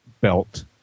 belt